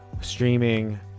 streaming